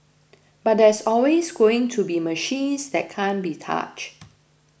but there's always going to be machines that can't be touched